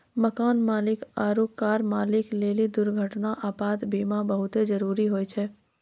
मकान मालिक आरु कार मालिक लेली दुर्घटना, आपात बीमा बहुते जरुरी होय छै